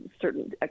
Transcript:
certain